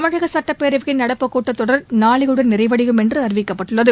தமிழகசட்டப்பேரவையின் நடப்பு கூட்டத்தொடர் நாளையுடன் நிறைவடையும் என்றுஅறிவிக்கப்பட்டுள்ளது